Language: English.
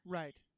right